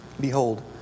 Behold